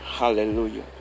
hallelujah